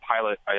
pilot